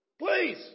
Please